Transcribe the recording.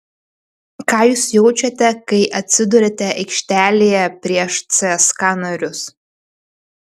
ką jūs jaučiate kai atsiduriate aikštelėje prieš cska narius